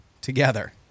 together